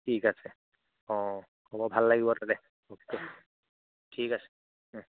ঠিক আছে অ' হ'ব ভাল লাগিব তাতে ঠিক আছে